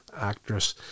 actress